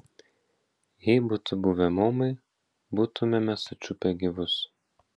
jei būtų buvę maumai būtumėme sučiupę gyvus